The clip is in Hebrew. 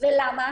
למה?